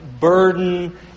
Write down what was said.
burden